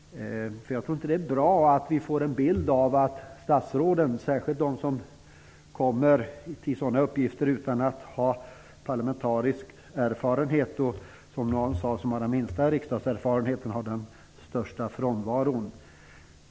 Det är inte bra om vi får en bild av att statsråden är frånvarande, särskilt de som kommer till sådana här poster utan att ha parlamentarisk erfarenhet. Någon sade att den som har minst riksdagserfarenhet har den största frånvaron.